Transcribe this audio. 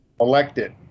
elected